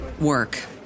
work